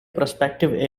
prospective